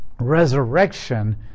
resurrection